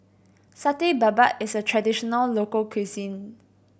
Satay Babat is a traditional local cuisine